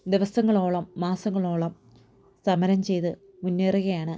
ദിവസങ്ങളോളം മാസങ്ങളോളം സമരം ചെയ്ത് മുന്നേറുകയാണ്